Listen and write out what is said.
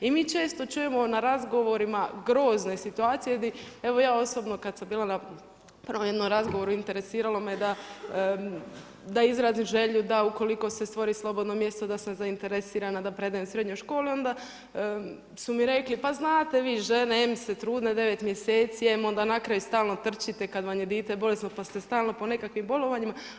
I mi često čujemo na razgovorima grozne situacije gdje, evo ja osobno kada sam bila na jednom razgovoru, interesiralo me da izrazim želju da ukoliko se stvori slobodno mjesto da sam zainteresiran da predajem u srednjoj školi onda su mi rekli, pa znate vi žene em ste trudne 9 mjeseci em onda na kraju stalno trčite kada vam je dijete bolesno pa ste stalno po nekakvim bolovanjima.